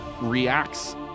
reacts